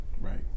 Right